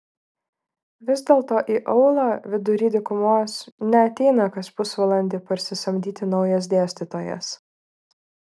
vis dėlto į aūlą vidury dykumos neateina kas pusvalandį parsisamdyti naujas dėstytojas